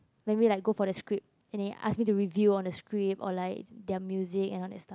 maybe like go for the script and then ask me to review on the script or like their music and that stuff